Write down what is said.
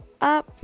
up